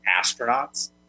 astronauts